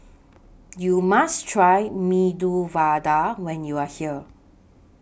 YOU must Try Medu Vada when YOU Are here